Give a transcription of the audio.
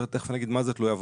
תיכף נגיד מה זה תלויה ועומדת,